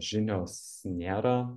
žinios nėra